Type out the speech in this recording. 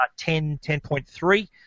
10.3